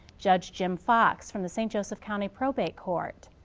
judge jim fox from the st. joseph county probate court.